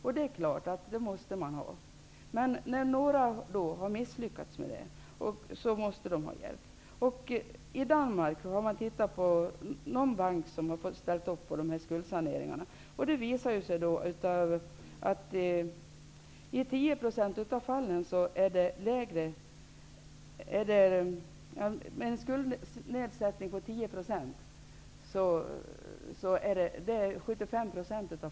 Detta är naturligtvis riktigt, men de som har misslyckats med detta måste få hjälp. När man studerat hur detta fungerar i Danmark har man funnit att det i 75 > e% av fallen utgår en nedsättning med bara 10 %.